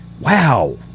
Wow